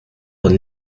man